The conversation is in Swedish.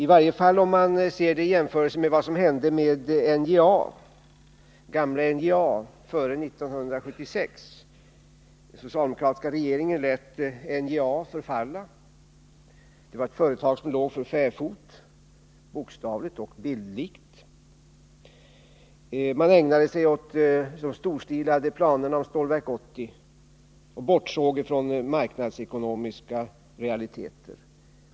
Man kan ju göra en jämförelse med vad som hände med gamla NJA före 1976. Den socialdemokratiska regeringen lät NJA förfalla. Det var ett företag som låg för fäfot — bokstavligen och bildligt talat. Man ägnade sig åt de storstilade planerna på Stålverk 80 och bortsåg från marknadsekonomiska realiteter.